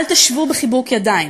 אל תשבו בחיבוק ידיים,